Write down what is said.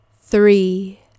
three